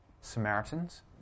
Samaritans